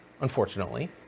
unfortunately